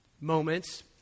moments